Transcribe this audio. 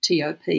TOP